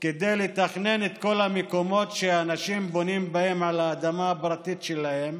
כדי לתכנן את כל המקומות שאנשים בונים בהם על האדמה הפרטית שלהם,